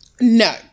no